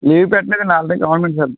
leave పెట్టలేదండి already government ఇచ్చారు